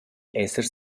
esser